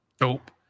dope